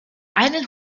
einen